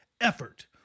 effort